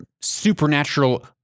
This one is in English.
supernatural